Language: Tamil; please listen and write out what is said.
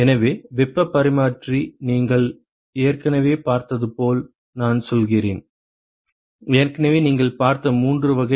எனவே வெப்பப் பரிமாற்றி நீங்கள் ஏற்கனவே பார்த்தது போல் நான் சொல்கிறேன் ஏற்கனவே நீங்கள் பார்த்த மூன்று வகை